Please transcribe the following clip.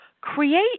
create